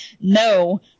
No